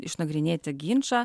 išnagrinėti ginčą